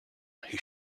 who